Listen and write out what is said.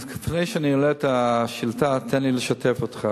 אז לפני שאני עונה על השאילתא, תן לי לשתף אותך.